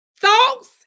thoughts